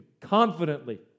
confidently